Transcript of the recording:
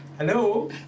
Hello